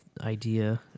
idea